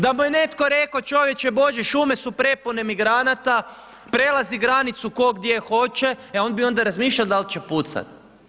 Da mu je netko rekao čovječe Božji, šume su prepune migranata, prelazi granicu tko gdje hoće, e on bi onda razmišljao da li će pucati.